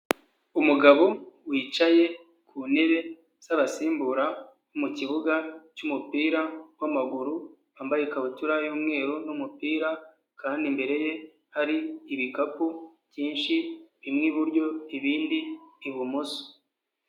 Umugabo wicaye ku ntebe z'abasimbura mu kibuga cyumupira wa maguru, wambaye ikabutura y'umweru n'umupira kandi imbere ye hari ibikapu byinshi, bimwe iburyo ibindi ibumoso.